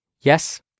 Yes